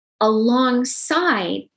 alongside